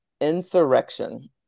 insurrection